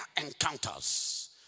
encounters